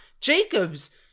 jacobs